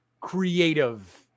creative